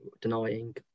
denying